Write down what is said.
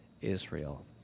Israel